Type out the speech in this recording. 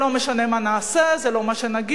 זה לא משנה מה נעשה, זה לא מה שנגיד,